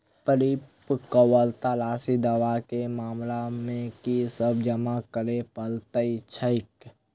परिपक्वता राशि दावा केँ मामला मे की सब जमा करै पड़तै छैक?